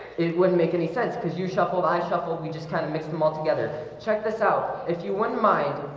it wouldn't make any sense because you shuffle by shuffle. we just kind of mix them all together check this out. if you wouldn't mind,